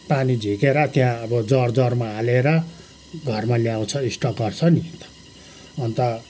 पानी झिकेर त्यहाँ अब जर जरमा हालेर घरमा ल्याउँछन् स्टक गर्छ नि त अन्त